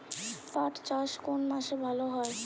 পাট চাষ কোন মাসে ভালো হয়?